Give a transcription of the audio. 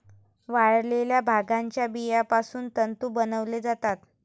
वाळलेल्या भांगाच्या बियापासून तंतू बनवले जातात